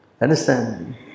Understand